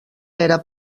era